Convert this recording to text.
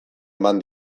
eman